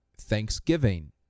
thanksgiving